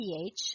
pH